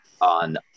on